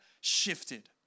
shifted